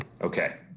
okay